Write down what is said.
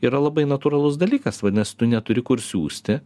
yra labai natūralus dalykas vadinasi tu neturi kur siųsti